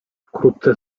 wkrótce